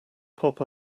pop